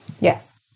Yes